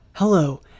Hello